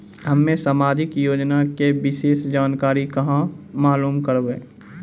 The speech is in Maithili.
हम्मे समाजिक योजना के विशेष जानकारी कहाँ मालूम करबै?